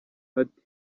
ati